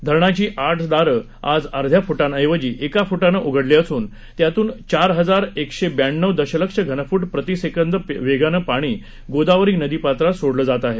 धरणाची आठ दारं आज अध्या फूटाऐवजी एका फ्टानं उघडली असून त्यातून चार हजार एकशे ब्याण्णव दशलक्ष घनफूट प्रतीसेकंद वेगानं पाणी गोदावरी नदी पात्रात सोडलं जात आहे